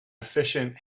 efficient